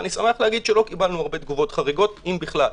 אני שמח לומר שלא קיבלנו הרבה תגובות חריגות אם בכלל.